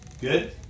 good